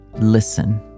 listen